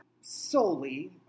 solely